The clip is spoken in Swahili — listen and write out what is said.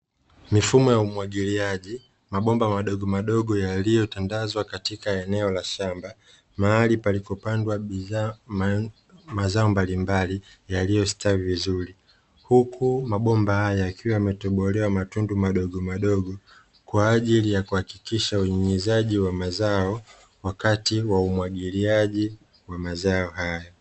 Mifumo ya umwagiliaji mabomba madogomadogo yaliyotandazwa katika eneo la shamba, mahali palipopandwa mazao mbalimbali yaliyostawi vizuri. Huku mabomba hayo yakiwa yametobolewa matundu madogomadogo kwa ajili ya kuhakikisha unyinyuzaji wa mazao wakati wa umwagiliaji wa mazao hayo.